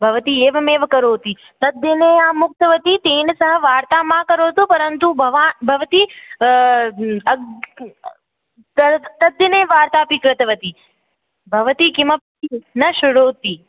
भवती एवमेव करोति तद्दिने अहम् उक्तवती तेन सह वार्तां मा करोतु परन्तु भवां भवती अग् त तद्दिने वार्ताम् अपि कृतवती भवती किमपि न शृणोति